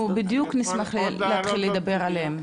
אנחנו בדיוק נשמח להתחיל לדבר עליהם.